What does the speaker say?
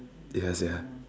yeah sia